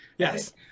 Yes